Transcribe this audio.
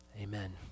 Amen